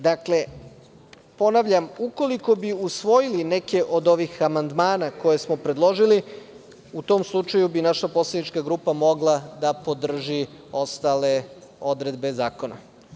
Dakle, ponavljam ukoliko bi usvojili neke od ovih amandmana koje smo predložili u tom slučaju bi naša poslanička grupa mogla da podrži ostale odredbe zakona.